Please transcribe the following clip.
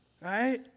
right